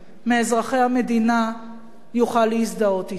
מאזרחי המדינה יוכל להזדהות אתה.